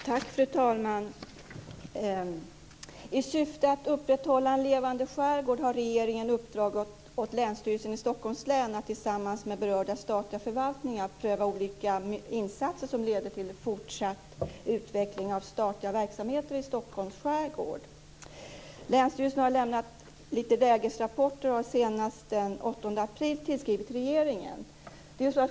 Fru talman! I syfte att upprätthålla en levande skärgård har regeringen uppdragit åt Länsstyrelsen i Stockholms län att tillsammans med berörda statliga förvaltningar pröva olika insatser som leder till fortsatt utveckling av statliga verksamheter i Stockholms skärgård. Länsstyrelsen har lämnat en del lägesrapporter och senast den 8 april tillskrivit regeringen.